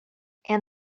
and